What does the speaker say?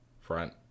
front